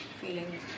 feeling